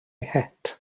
het